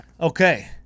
Okay